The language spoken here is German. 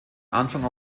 anfang